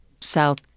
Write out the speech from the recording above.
South